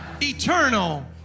eternal